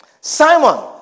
Simon